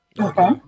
Okay